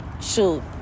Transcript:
Shoot